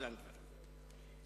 התשס"ט 2009,